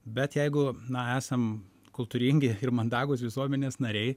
bet jeigu na esam kultūringi ir mandagūs visuomenės nariai